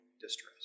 distress